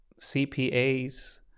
CPAs